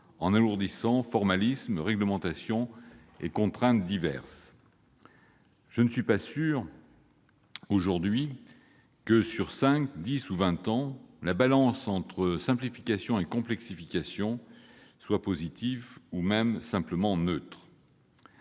en alourdissant formalisme, réglementations et contraintes diverses. Je ne suis pas sûr que sur cinq ans, dix ans ou vingt ans, la balance entre simplification et complexification soit positive, ou même simplement neutre.